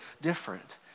different